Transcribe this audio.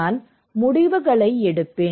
நான் முடிவுகளை எடுப்பேன்